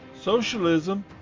socialism